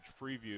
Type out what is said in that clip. preview